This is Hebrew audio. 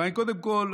אבל קודם כול,